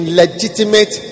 legitimate